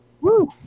Woo